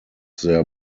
their